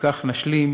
ובכך נשלים